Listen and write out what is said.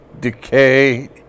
decay